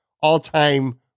all-time